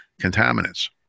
contaminants